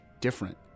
different